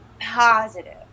positive